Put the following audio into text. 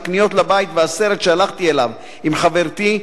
הקניות לבית והסרט שהלכתי אליו עם חברתי,